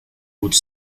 would